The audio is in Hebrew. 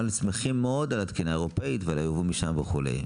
אבל שמחים מאוד על התקינה האירופית ועל הייבוא משם וכולי.